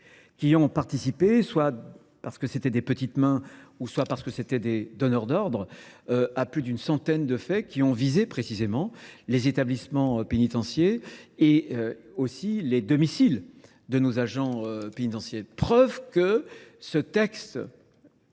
qui ont participé soit parce que c'était des petites mains ou soit parce que c'était des donneurs d'ordre à plus d'une centaine de faits qui ont visé précisément les établissements pénitentiels et aussi les domiciles de nos agents pénitentiels. Preuve que ce texte